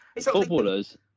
Footballers